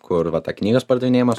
kur va ta knygos pardavinėjimas